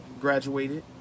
graduated